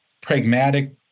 pragmatic